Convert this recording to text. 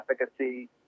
efficacy